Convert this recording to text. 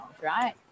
right